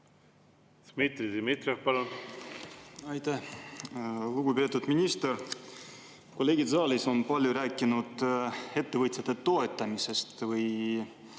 Dmitri Dmitrijev, palun! Aitäh! Lugupeetud minister! Kolleegid saalis on palju rääkinud ettevõtjate toetamisest või